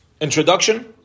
introduction